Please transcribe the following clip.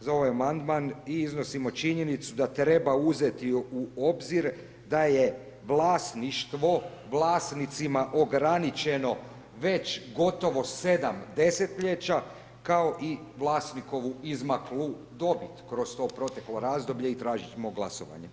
za ovaj amandman i iznosimo činjenicu da treba uzeti u obzir da je vlasništvo vlasnicima ograničeno već gotovo 7 desetljeća kao i vlasnikovu izmaklu dobit kroz to proteklo razdoblje i tražimo glasovanje.